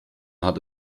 hat